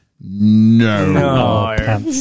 No